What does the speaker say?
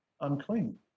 Unclean